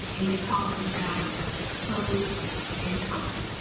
and they call themselves prose and cons.